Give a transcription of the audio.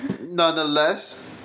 nonetheless